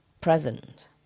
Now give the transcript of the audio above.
present